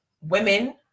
women